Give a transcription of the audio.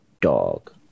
dog